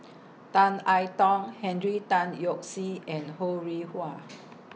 Tan I Tong Henry Tan Yoke See and Ho Rih Hwa